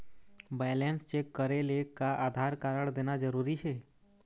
Balance check करेले का Aadhaar card देना जरूरी हे?